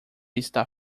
está